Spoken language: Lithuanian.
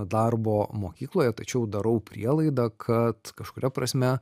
darbo mokykloje tačiau darau prielaidą kad kažkuria prasme